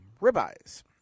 ribeyes